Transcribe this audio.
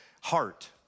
heart